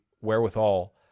wherewithal